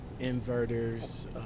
Inverters